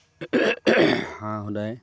হাঁহ সদায়